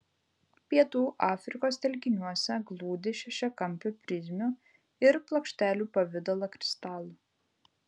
pietų afrikos telkiniuose glūdi šešiakampių prizmių ir plokštelių pavidalo kristalų